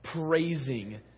praising